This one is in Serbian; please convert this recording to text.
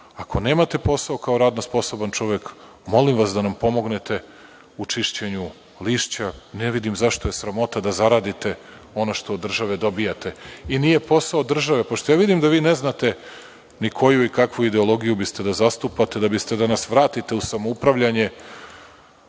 Ako nemate posao kao radno sposoban čovek, molim vas da nam pomognete u čišćenju lišća. Ne vidim zašto je sramota da zaradite ono što od države dobijate. Nije posao države, pošto vidim da vi ne znate ni koju, ni kakvu ideologiju biste da zastupate, da nas vratite u samoupravljanje,